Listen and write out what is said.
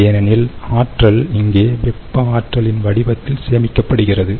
ஏனெனில் ஆற்றல் இங்கே வெப்ப ஆற்றலின் வடிவத்தில் சேமிக்கப்படுகிறது